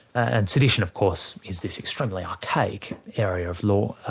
and sedition of course is this extremely archaic area of law, ah